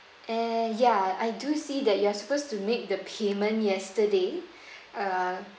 err ya I do see that you're supposed to make the payment yesterday uh